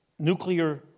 Nuclear